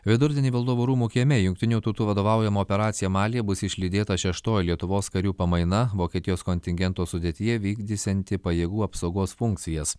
vidurdienį valdovų rūmų kieme į jungtinių tautų vadovaujamą operaciją malyje bus išlydėta šeštoji lietuvos karių pamaina vokietijos kontingento sudėtyje vykdysianti pajėgų apsaugos funkcijas